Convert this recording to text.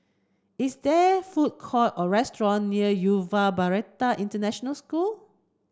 is there food court or restaurant near Yuva Bharati International School